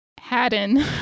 Haddon